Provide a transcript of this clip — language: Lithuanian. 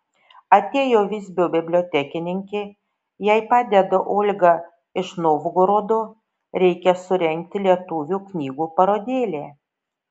atėjo visbio bibliotekininkė jai padeda olga iš novgorodo reikia surengti lietuvių knygų parodėlę